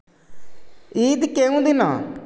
ଇଦ୍ କେଉଁ ଦିନ